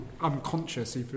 unconscious